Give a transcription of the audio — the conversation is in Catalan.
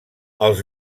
els